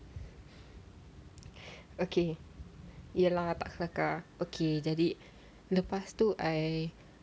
okay ya lah tak kelakar okay jadi lepas tu I